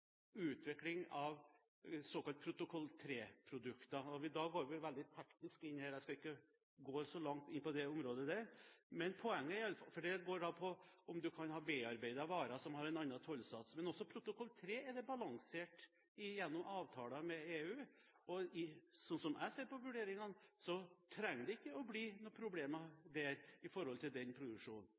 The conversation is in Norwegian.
utvikling av såkalte protokoll 3-produkter – da går vi veldig teknisk inn, jeg skal ikke gå så langt inn på det området. Men poenget er i alle fall at du kan ha bearbeidete varer som har en annen tollsats. Men også protokoll 3 er balansert gjennom avtaler med EU, og sånn som jeg ser på vurderingene, trenger det ikke å bli noen problemer når det gjelder den produksjonen.